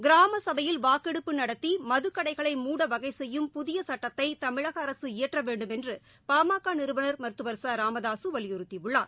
கிராம சபையில் வாக்கெடுப்பு நடத்தி மதுக்கடைகளை மூட வகை செய்யும் புதிய சுட்டத்தை தமிழக அரசு இயற்ற வேண்டுமென்று பாமக நிறுவனர் மருத்துவர் ச ராமதாசு வலியுறுத்தியுள்ளார்